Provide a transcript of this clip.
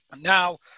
Now